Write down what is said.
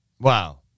Wow